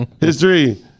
history